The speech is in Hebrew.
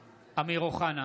(קורא בשמות חברי הכנסת) אמיר אוחנה,